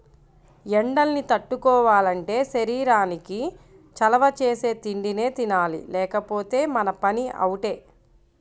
ఎండల్ని తట్టుకోవాలంటే శరీరానికి చలవ చేసే తిండినే తినాలి లేకపోతే మన పని అవుటే